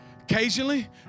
Occasionally